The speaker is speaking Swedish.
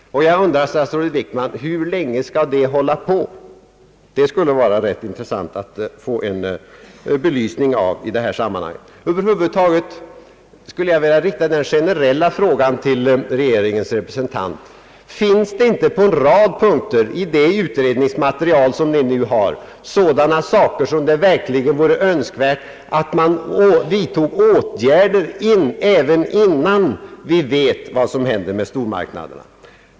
Jag frågar statsrådet Wickman hur länge detta skall fortsätta. Över huvud taget vill jag rikta den generella frågan till regeringens representant: Finns det inte i det utredningsmaterial som föreligger en rad punkter där det. vore önskvärt att vidta åtgärder redan innan vi vet vad som händer med stormarknaderna?